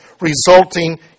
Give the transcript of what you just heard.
resulting